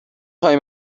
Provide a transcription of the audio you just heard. خوای